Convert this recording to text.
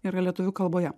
yra lietuvių kalboje